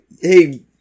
Hey